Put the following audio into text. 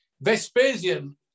Vespasian